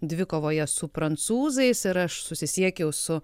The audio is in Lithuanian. dvikovoje su prancūzais ir aš susisiekiau su